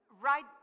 right